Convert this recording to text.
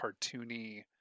cartoony